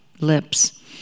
lips